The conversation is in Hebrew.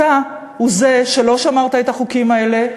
אתה הוא שלא שמר את החוקים האלה,